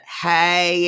hey